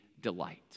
delight